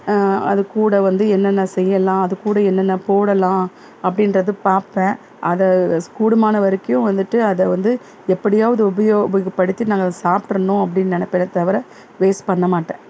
அது கூட வந்து என்னென்ன செய்யலாம் அது கூட என்னென்ன போடலாம் அப்படின்றது பார்ப்பேன் அதை ஸ் கூடுமான வரைக்கும் வந்துவிட்டு அதை வந்து எப்படியாவது உபயோ உபயோகப்படுத்தி நாங்கள் சாப்ட்டுடணும் அப்டின்னு நினைப்பேனே தவிர வேஸ்ட் பண்ண மாட்டேன்